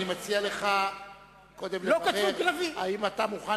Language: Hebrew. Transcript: אני מציע לך קודם לברר: האם אתה מוכן